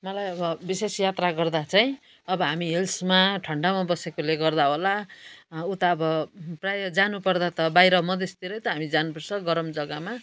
मलाई अब विशेष यात्रा गर्दा चाहिँ अब हामी हिल्समा ठन्डामा बसेकोले गर्दा होला उता अब प्रायः जानु पर्दा त बाहिर मधेसतिरै त हामी जानु पर्छ गरम जग्गामा